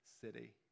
city